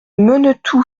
menetou